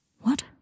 What